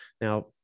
Now